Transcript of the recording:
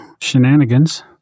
shenanigans